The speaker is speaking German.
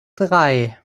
drei